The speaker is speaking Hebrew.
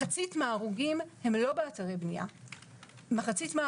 מחצית מן ההרוגים הם לא באתרי בנייה אלא במפעלים,